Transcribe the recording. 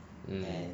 mm